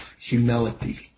humility